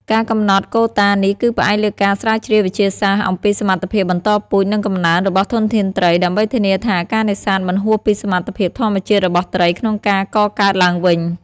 ការកំណត់កូតានេះគឺផ្អែកលើការស្រាវជ្រាវវិទ្យាសាស្ត្រអំពីសមត្ថភាពបន្តពូជ និងកំណើនរបស់ធនធានត្រី ដើម្បីធានាថាការនេសាទមិនហួសពីសមត្ថភាពធម្មជាតិរបស់ត្រីក្នុងការកកើតឡើងវិញ។